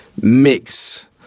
mix